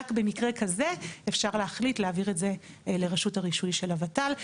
רק במקרה כזה אפשר להחליט להעביר את זה לרשות הרישוי של הוות"ל,